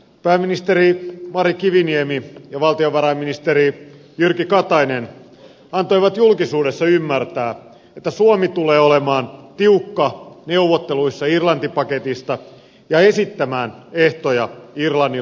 pääministeri mari kiviniemi ja valtiovarainministeri jyrki katainen antoivat julkisuudessa ymmärtää että suomi tulee olemaan tiukka neuvotteluissa irlanti paketista ja esittämään ehtoja irlannin lainoitukselle